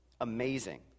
amazing